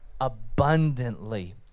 abundantly